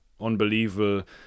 unbelievable